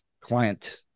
client